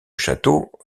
châteaux